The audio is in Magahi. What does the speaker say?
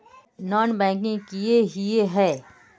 नॉन बैंकिंग किए हिये है?